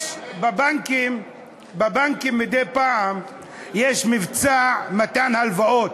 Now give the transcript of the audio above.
בבנקים מדי פעם יש מבצע מתן הלוואות.